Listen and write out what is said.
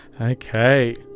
Okay